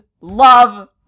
love